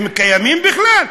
הם קיימים בכלל?